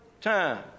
time